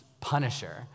Punisher